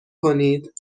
کنید